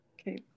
Okay